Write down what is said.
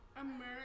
America